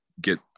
get